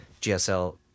GSL